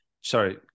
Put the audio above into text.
sorry